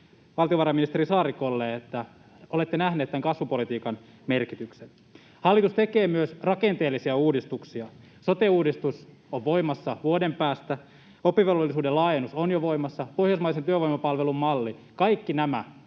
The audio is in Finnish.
valtiovarainministeri Saarikolle, että olette nähnyt tämän kasvupolitiikan merkityksen. Hallitus tekee myös rakenteellisia uudistuksia. Sote-uudistus on voimassa vuoden päästä, oppivelvollisuuden laajennus on jo voimassa, pohjoismaisen työvoimapalvelun malli; kaikki nämä